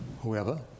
whoever